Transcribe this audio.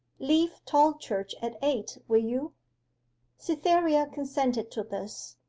leave tolchurch at eight, will you cytherea consented to this.